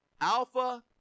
Alpha